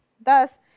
Thus